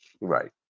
right